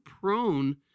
prone